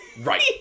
Right